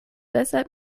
deshalb